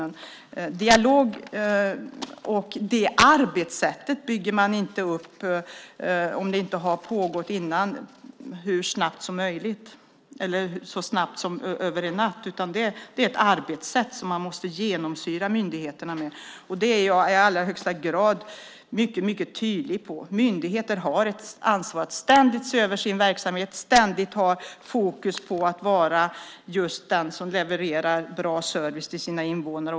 En dialog och det arbetssättet bygger man inte upp så snabbt som över en natt om det inte har pågått tidigare, utan det är ett arbetssätt som myndigheterna måste genomsyras av. Jag är i allra högsta grad mycket tydlig i det. Myndigheter har ett ansvar att ständigt se över sin verksamhet och ständigt ha fokus på att vara just de som levererar bra service till sina invånare.